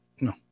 No